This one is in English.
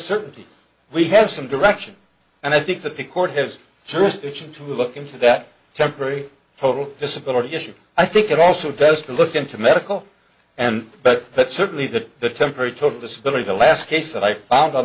certainty we have some direction and i think that the court has jurisdiction to look into that temporary total disability issue i think it also best to look into medical and but but certainly the the temporary took disability the last case that i found on